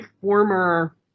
former